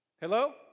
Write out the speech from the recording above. Hello